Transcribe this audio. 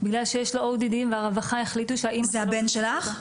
בגלל שיש לו ODD והרווחה החליטו ש- -- זה הבן שלך?